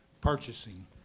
purchasing